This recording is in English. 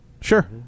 Sure